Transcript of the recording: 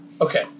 Okay